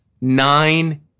nine